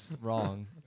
wrong